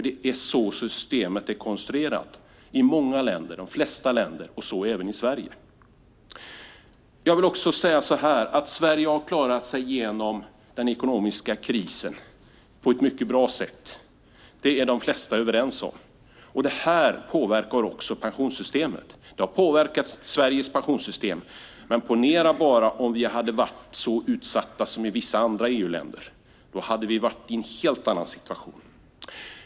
Det är så systemet är konstruerat i de flesta länder, även Sverige. Sverige har tagit sig igenom den ekonomiska krisen på ett mycket bra sätt. Det är de flesta överens om. Det påverkar också vårt pensionssystem. Men tänk om vi hade varit så utsatta som vissa andra EU-länder. Då hade vi befunnit oss i en helt annan situation.